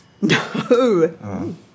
No